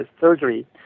surgery